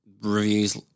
reviews